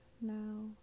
now